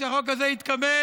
כשהחוק הזה יתקבל,